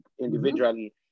individually